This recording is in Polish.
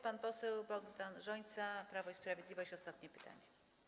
Pan poseł Bogdan Rzońca, Prawo i Sprawiedliwość, zada ostatnie pytanie.